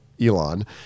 Elon